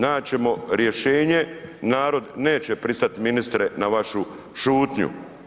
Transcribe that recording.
Naći ćemo rješenje, narod neće pristati ministre na vašu šutnju.